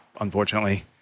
unfortunately